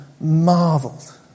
marveled